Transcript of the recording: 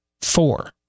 Four